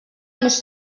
més